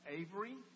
Avery